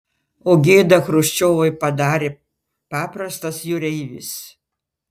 o gėdą chruščiovui padarė paprastas jūreivis